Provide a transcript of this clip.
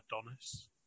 Adonis